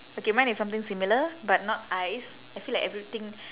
okay mine is something similar but not eyes I feel like everything